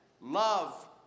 love